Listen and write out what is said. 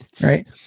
right